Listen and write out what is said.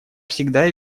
всегда